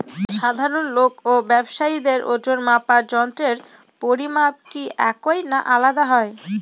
সাধারণ লোক ও ব্যাবসায়ীদের ওজনমাপার যন্ত্রের পরিমাপ কি একই না আলাদা হয়?